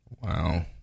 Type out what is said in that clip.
wow